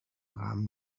rahmen